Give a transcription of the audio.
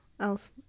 else